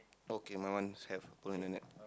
okay my one have pull and a net